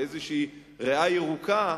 לאיזושהי ריאה ירוקה,